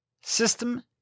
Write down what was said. system